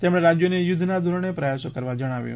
તેમણે રાજ્યોને યુધ્ધના ધોરણે પ્રયાસો કરવા જણાવ્યું